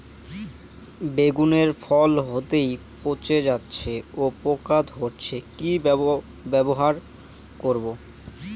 বেগুনের ফল হতেই পচে যাচ্ছে ও পোকা ধরছে কি ব্যবহার করব?